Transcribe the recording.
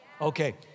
Okay